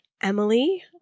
Emily